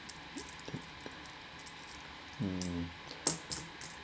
um